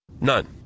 None